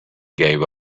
gave